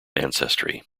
ancestry